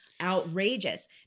outrageous